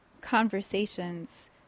conversations